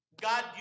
God